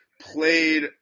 played